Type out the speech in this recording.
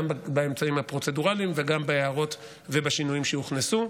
באמצעים הפרוצדורליים וגם בהערות ובשינויים שהוכנסו.